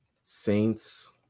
Saints